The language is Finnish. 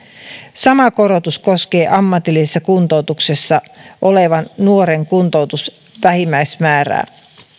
sama korotus koskee ammatillisessa kuntoutuksessa olevan ja nuoren kuntoutusrahan vähimmäismäärää